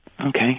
Okay